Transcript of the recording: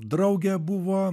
draugė buvo